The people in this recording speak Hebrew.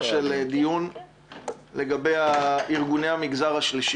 לערוך דיון לגבי ארגוני המגזר השלישי.